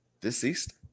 deceased